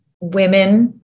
women